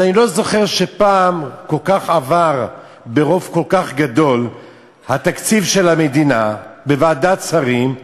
אני לא זוכר שפעם עבר ברוב כל כך גדול תקציב המדינה בוועדת שרים,